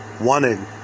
wanted